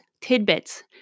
tidbits